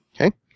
Okay